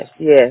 yes